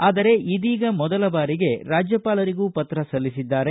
ಆದರೆ ಇದೀಗ ಮೊದಲ ಬಾರಿಗೆ ರಾಜ್ಯಪಾಲರಿಗೂ ಪತ್ರ ಸಲ್ಲಿಸಿದ್ದಾರೆ